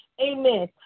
Amen